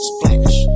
Splash